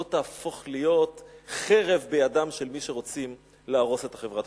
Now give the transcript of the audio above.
לא תהפוך להיות חרב בידם של מי שרוצים להרוס את החברה.